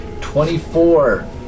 Twenty-four